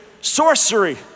sorcery